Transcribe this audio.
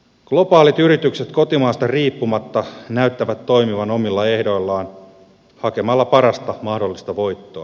globaalit yritykset kotimaasta riippumatta näyttävät toimivan omilla ehdoillaan hakemalla parasta mahdollista voittoa